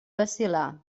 vacil·lar